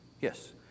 Yes